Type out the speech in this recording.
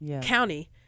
county